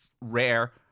rare